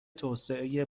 توسعه